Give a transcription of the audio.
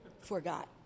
forgot